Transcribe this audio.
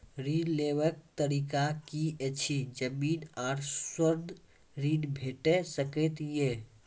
ऋण लेवाक तरीका की ऐछि? जमीन आ स्वर्ण ऋण भेट सकै ये?